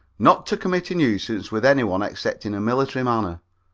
not to commit a nuisance with any one except in a military manner,